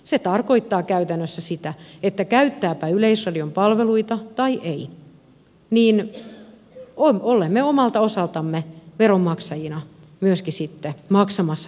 se tarkoittaa käytännössä sitä että käyttääpä yleisradion palveluita tai ei niin olemme omalta osaltamme veronmaksajina myöskin sitten maksamassa tätä maksua